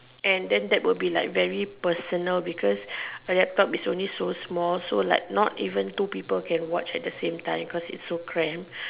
and then that will be like very personal because my laptop is only so small so like not even two people can watch at the same time cause it's so cramped